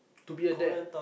to be a dad